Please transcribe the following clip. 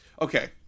Okay